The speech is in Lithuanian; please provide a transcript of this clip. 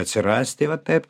atsirasti va taip